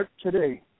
today